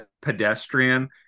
pedestrian